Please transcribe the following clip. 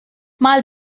mal